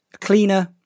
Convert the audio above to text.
cleaner